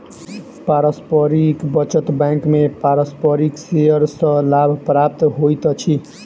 पारस्परिक बचत बैंक में पारस्परिक शेयर सॅ लाभ प्राप्त होइत अछि